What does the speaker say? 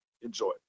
Enjoy